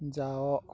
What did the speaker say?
ଯାଅ